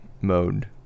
mode